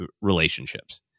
relationships